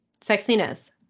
Sexiness